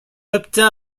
obtint